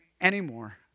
anymore